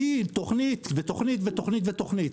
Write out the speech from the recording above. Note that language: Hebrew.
כי תוכנית ותוכנית ותוכנית.